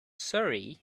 surrey